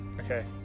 okay